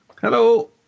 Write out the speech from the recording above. Hello